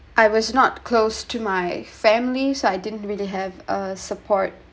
I was not close to my family so I didn't really have a support